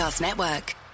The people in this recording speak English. Network